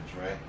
right